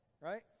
Right